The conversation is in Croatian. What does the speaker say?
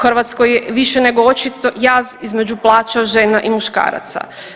U Hrvatskoj je više nego očito jaz između plaća žena i muškaraca.